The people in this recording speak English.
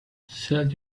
sell